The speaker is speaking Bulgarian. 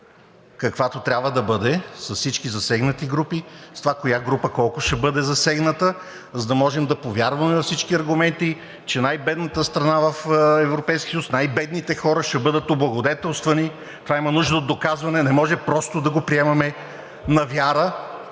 каквато трябва да бъде за всички засегнати групи – с това коя група колко ще бъде засегната, за да можем да повярваме във всички аргументи, че най-бедната страна в Европейския съюз, най-бедните хора ще бъдат облагодетелствани. Това има нужда от доказване. Не може просто да го приемаме на вяра,